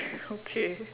okay